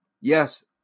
Yes